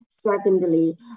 Secondly